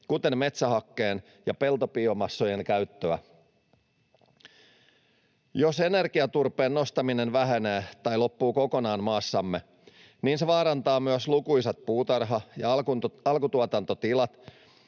kuten metsähakkeen ja peltobiomassojen, käyttöä. Jos energiaturpeen nostaminen vähenee tai loppuu kokonaan maassamme, se vaarantaa myös lukuisat puutarha- ja alkutuotantotilat,